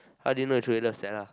how did you know you truly love Stella